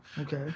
Okay